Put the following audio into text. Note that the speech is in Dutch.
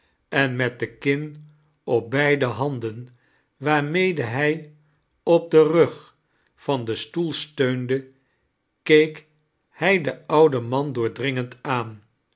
en met de kin op beide handen waarinede hij op den rug vaia den stoel steun de keek hij den ouden man dooidringend aan